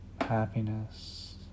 happiness